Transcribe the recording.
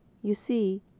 you see,